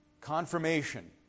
confirmation